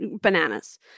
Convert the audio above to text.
bananas